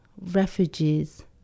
refugees